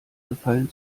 gefallen